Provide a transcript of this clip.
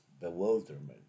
bewilderment